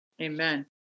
Amen